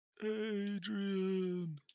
Adrian